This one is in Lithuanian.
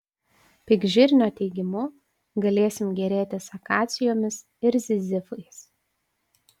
pikžirnio teigimu galėsim gėrėtis akacijomis ir zizifais